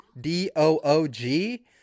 D-O-O-G